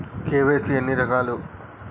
KYC ఎన్ని రకాలు?